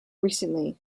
recently